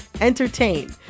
entertain